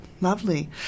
Lovely